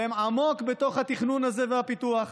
והם עמוק בתוך התכנון הזה והפיתוח.